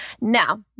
Now